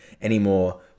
anymore